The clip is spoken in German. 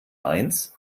eins